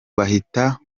bahita